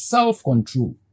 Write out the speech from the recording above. Self-control